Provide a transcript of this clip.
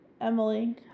Emily